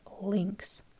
links